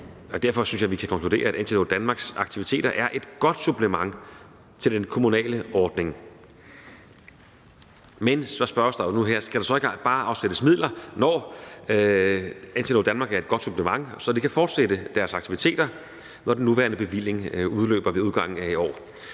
Derfor synes jeg, at vi kan konkludere, at Antidote Danmarks aktiviteter er et godt supplement til den kommunale ordning. Men så spørges der nu her: Skal der så ikke bare afsættes midler, når Antidote Danmark er et godt supplement, så de kan fortsætte deres aktiviteter, når den nuværende bevilling udløber ved udgangen af i år?